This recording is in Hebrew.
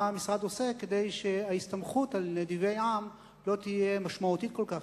מה המשרד עושה כדי שההסתמכות על נדיבי-עם לא תהיה משמעותית כל כך,